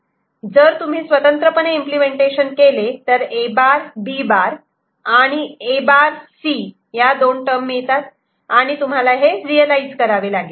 जर तुम्ही स्वतंत्रपणे इम्पलेमेंटेशन केले तर A' B' आणि A' C या दोन टर्म मिळतात आणि तुम्हाला हे रियलायझ करावे लागेल